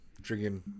Drinking